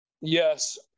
Yes